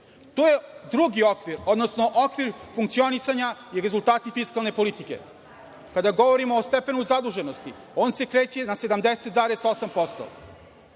To je drugi okvir, odnosno okvir funkcionisanja i rezultati fiskalne politike. Kada govorimo o stepenu zaduženosti, on se kreće na 70,8%.